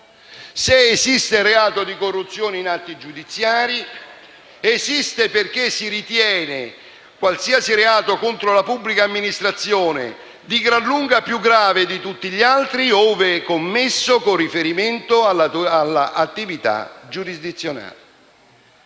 Se esiste reato di corruzione in atti giudiziari, esiste perché si ritiene qualsiasi reato contro la pubblica amministrazione di gran lunga più grave di tutti gli altri, ove commesso con riferimento all'attività giurisdizionale.